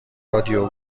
رادیو